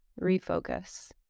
refocus